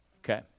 Okay